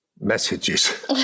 messages